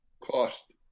cost